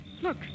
look